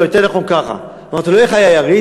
לא, יותר נכון ככה: אמרתי לו, איך היה היריד?